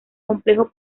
complejo